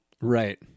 Right